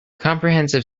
comprehensive